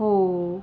ਹੋ